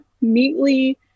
neatly